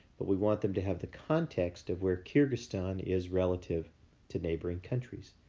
but, we want them to have the context of where kyrgyzstan is relative to neighboring countries.